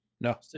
No